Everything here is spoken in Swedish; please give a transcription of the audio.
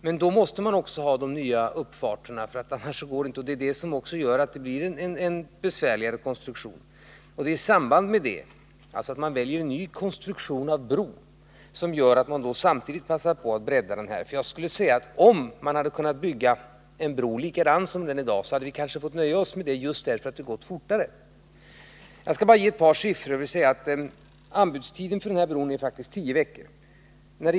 Men då måste man också ha nya uppfarter, och det gör att det blir en besvärligare konstruktion. Det är i samband med att man väljer en ny konstruktion av bro som man passar på att bredda körbanan. Om man hade kunnat bygga en likadan bro som den tidigare hade vi kanske fått nöja oss med det, just därför att det hade gått fortare. Jag skall bara ge ett par siffror. Anbudstiden för det här brobygget är faktiskt tio veckor.